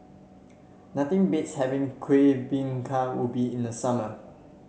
nothing beats having Kuih Bingka Ubi in the summer